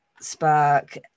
spark